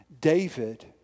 David